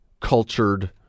cultured